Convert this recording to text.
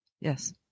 yes